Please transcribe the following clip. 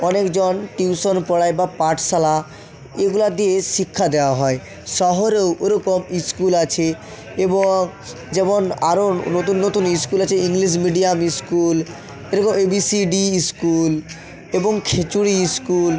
অনেকজন টিউশন পড়ায় বা পাটশালা এগুলা দিয়ে শিক্ষা দেওয়া হয় শহরেও ওরকম স্কুল আছে এবং যেমন আরো নতুন নতুন স্কুল আছে ইংলিশ মিডিয়াম স্কুল এবং A B C D school এবং খিচুড়ি স্কুল